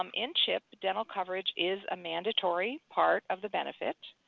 um in chip, dental coverage is a mandatory part of the benefit.